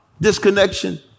disconnection